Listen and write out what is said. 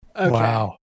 Wow